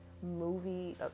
movie